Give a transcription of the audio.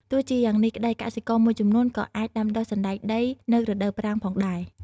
ទោះជាយ៉ាងនេះក្តី កសិករមួយចំនួនក៏អាចដាំដុះសណ្ដែកដីនៅរដូវប្រាំងផងដែរ។